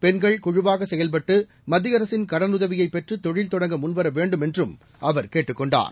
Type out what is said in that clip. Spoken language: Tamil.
பெண்கள் குழுவாக செயல்பட்டு மத்திய அரசின் கடனுதவியை பெற்று தொழில் தொடங்க முன்வர வேண்டும் என்றும் அவர் கேட்டுக் கொண்டார்